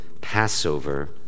Passover